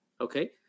Okay